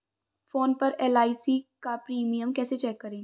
Phone पर LIC का premium कैसे चेक करें?